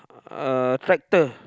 uh tractor